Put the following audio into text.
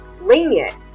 lenient